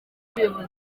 perezida